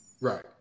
Right